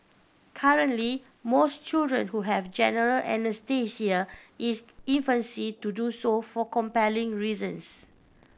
currently most children who have general anaesthesia is infancy to do so for compelling reasons